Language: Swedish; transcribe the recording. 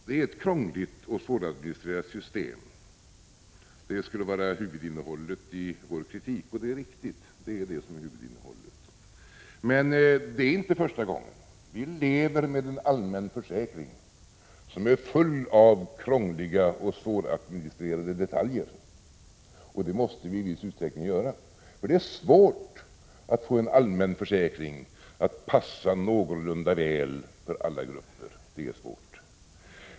Det är ett krångligt och svåradministrerat system — det sägs vara huvudinnehållet i vår kritik. Det är riktigt. Men det är inte första gången. Vi lever med en allmän försäkring som är full av krångliga och svåradministrerade detaljer, och det måste vi i viss utsträckning göra. Det är nämligen svårt att få en allmän försäkring att passa någorlunda väl för alla grupper.